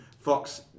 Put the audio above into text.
Fox